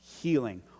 healing